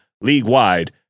league-wide